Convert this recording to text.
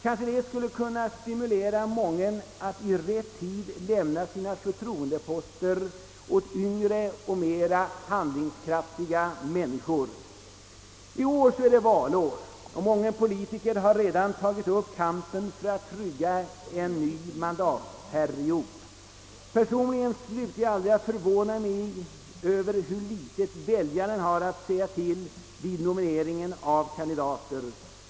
Kanske detta skulle kunna stimulera mången att i rätt tid lämna sin förtroendepost åt yngre och mer handlingskraftiga människor. I år är det valår och mången politiker har redan tagit upp kampen för att trygga en ny mandatperiod. Personligen upphör jag aldrig att förvåna mig över hur litet väljaren har att säga till om vid nomineringen av kandidater.